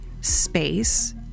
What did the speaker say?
space